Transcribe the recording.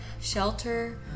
shelter